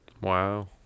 Wow